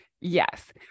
Yes